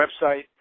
website